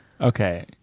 Okay